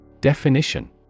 Definition